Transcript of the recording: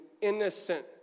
innocent